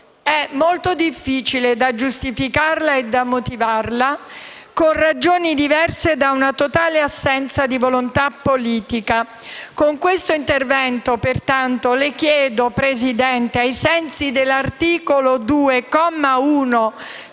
è molto difficile da giustificare e motivare con ragioni diverse da una totale assenza di volontà politica. Con il mio intervento, pertanto, le chiedo, signor Presidente, ai sensi dell'articolo 2,